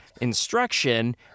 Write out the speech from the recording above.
instruction